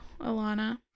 alana